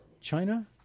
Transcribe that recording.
China